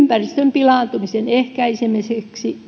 pilaantumisen ehkäisemiseksi